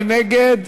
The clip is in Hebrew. מי נגד?